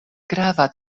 grava